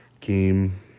game